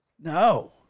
No